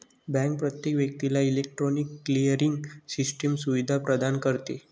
bank प्रत्येक व्यक्तीला electronic clearing system सुविधा प्रदान करते